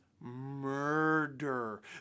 murder